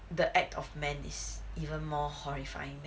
the act of man is even more horrifying than